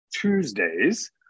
Tuesdays